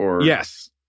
Yes